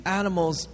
animals